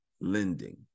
lending